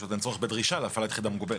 אין צורך בדרישה להפעלת יחידה מוגבלת.